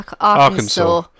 Arkansas